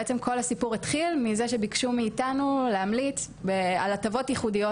בעצם כל הסיפור התחיל מזה שביקשו מאיתנו להמליץ על הטבות ייחודיות,